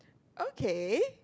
okay